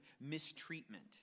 mistreatment